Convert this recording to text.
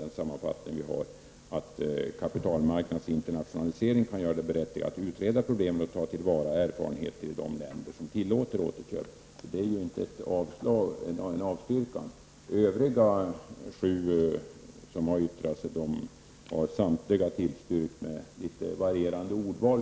Men man säger att kapitalmarknadens internationalisering kan göra det berättigat att utreda problemet och ta till vara erfarenheter i de länder som tillåter återköp. Det är ju inte en avstyrkan. Övriga sju remissinstanser som har yttrat sig har samtliga tillstyrkt med litet varierande ordval.